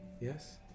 yes